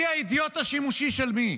מי האידיוט השימושי של מי?